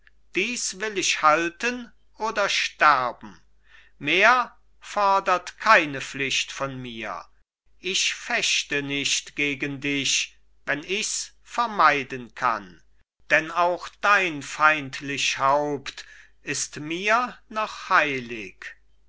dies will ich halten oder sterben mehr fodert keine pflicht von mir ich fechte nicht gegen dich wenn ichs vermeiden kann denn auch dein feindlich haupt ist mir noch heilig